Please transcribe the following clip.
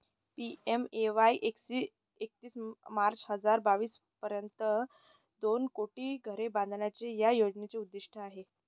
PMAY एकतीस March हजार बावीस पर्यंत दोन कोटी घरे बांधण्याचे या योजनेचे उद्दिष्ट आहे